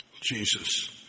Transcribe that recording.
Jesus